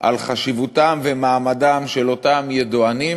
על חשיבותם ומעמדם של אותם ידוענים,